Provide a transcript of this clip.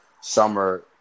summer